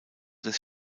des